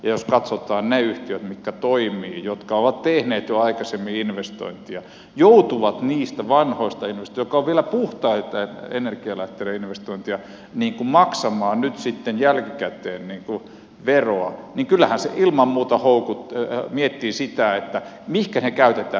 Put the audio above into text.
jos katsotaan että ne yhtiöt jotka toimivat jotka ovat tehneet jo aikaisemmin investointia joutuvat niistä vanhoista investoinneista jotka ovat vielä puhtaitten energialähteiden investointeja maksamaan nyt sitten jälkikäteen veroa niin kyllähän se ilman muuta houkuttaa miettimään sitä mihinkä ne käytetään